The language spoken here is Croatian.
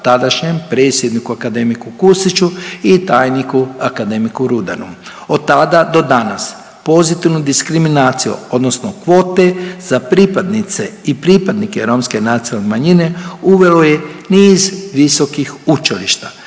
tadašnjem predsjedniku, akademiku Kustiću i tajniku, akademiku Rudanu. Od tada do danas pozitivno diskriminaciju odnosno kvote za pripadnice i pripadnike romske nacionalne manjine uvelo je niz visokih učilišta,